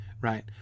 right